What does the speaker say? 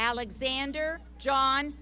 alexander john